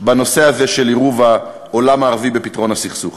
בנושא הזה של עירוב העולם הערבי בפתרון הסכסוך.